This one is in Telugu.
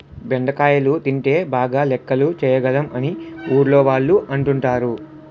బెండకాయలు తింటే బాగా లెక్కలు చేయగలం అని ఊర్లోవాళ్ళు అంటుంటారు